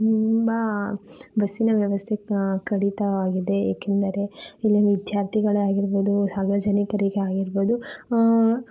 ತುಂಬ ಬಸ್ಸಿನ ವ್ಯವಸ್ಥೆ ಕಡಿತವಾಗಿದೆ ಏಕೆಂದರೆ ಇಲ್ಲಿ ವಿದ್ಯಾರ್ಥಿಗಳೇ ಆಗಿರ್ಬೋದು ಸಾರ್ವಜನಿಕರಿಗೇ ಆಗಿರ್ಬೋದು